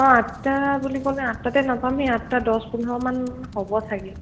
মই আঠটা বুলি ক'লে আঠটাতে নপামহি আঠটা দহ পোন্ধৰমান হ'ব চাগে